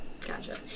Gotcha